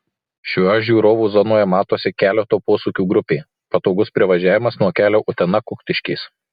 šioje žiūrovų zonoje matosi keleto posūkių grupė patogus privažiavimas nuo kelio utena kuktiškės